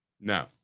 No